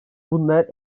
bunlar